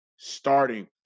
Starting